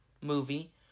movie